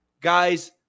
Guys